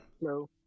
hello